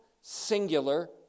singular